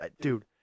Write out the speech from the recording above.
dude